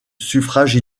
suffrage